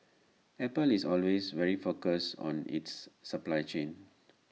apple is always very focused on its supply chain